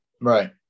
Right